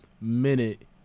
minute